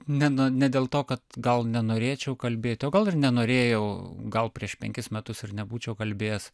ne nu dėl to kad gal nenorėčiau kalbėti o gal ir nenorėjau gal prieš penkis metus ir nebūčiau kalbėjęs